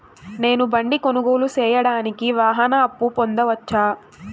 నేను బండి కొనుగోలు సేయడానికి వాహన అప్పును పొందవచ్చా?